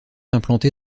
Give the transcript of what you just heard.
implantée